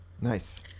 nice